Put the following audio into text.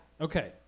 Okay